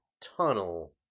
tunnel